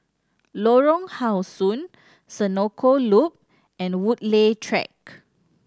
Lorong How Sun Senoko Loop and Woodleigh Track